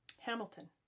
Hamilton